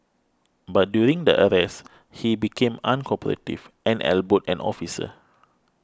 but during the arrest he became uncooperative and elbowed an officer